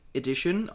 edition